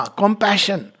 compassion